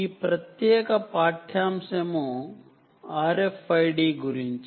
ఈ ప్రత్యేక పాఠ్యాంశము RFID గురించి